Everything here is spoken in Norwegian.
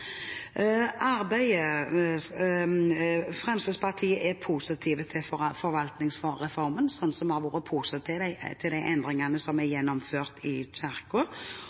Fremskrittspartiet er positive til forvaltningsreformen, slik vi har vært positive til de endringene som er gjennomført i